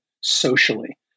socially